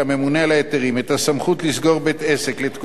הסמכות לסגור בית-עסק לתקופה שעד שבועיים,